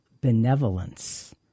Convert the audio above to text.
benevolence